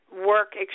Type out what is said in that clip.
work